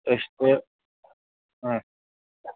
أسۍ تہٕ